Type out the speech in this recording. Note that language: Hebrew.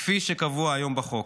כפי שקבוע היום בחוק.